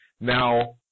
Now